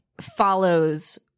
follows